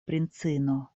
princino